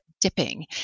dipping